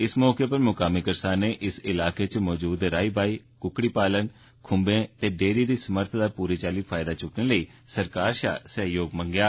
इस मौके पर म्कामी करसानें इस इलाके च मौजूद रा बा क्क्कड़ी पालन ख्ंबें ते डेयरी दी समर्थ दा पूरी चाल्ली फायदा चुक्कने ले सरकार शा सैहयोग मंग्गेआ